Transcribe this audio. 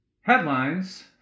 Headlines